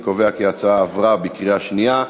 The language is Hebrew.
אני קובע כי ההצעה עברה בקריאה שנייה.